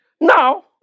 Now